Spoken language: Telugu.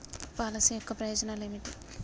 పాలసీ యొక్క ప్రయోజనాలు ఏమిటి?